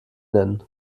nennen